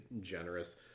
generous